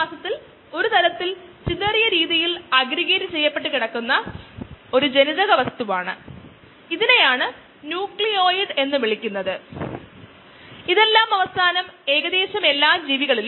dxxμdt രണ്ട് വശങ്ങളും ഇന്റർഗ്രേറററ്റ് ചെയുക നമുക്ക് dx ന്റെ ഇന്റഗ്രൽ x നെ ln x ആയി ലഭിക്കുന്നു ഇവിടെ ഇത് mu t plus c ആണ്